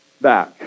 back